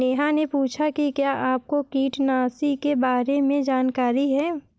नेहा ने पूछा कि क्या आपको कीटनाशी के बारे में जानकारी है?